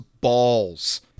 balls